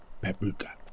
paprika